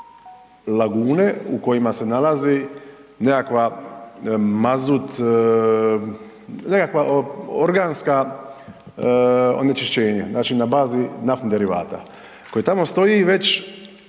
lagune u kojima se nalazi nekakva mazut, nekakva organska onečišćenja, znači na bazi naftnih derivata, koji tamo stoji već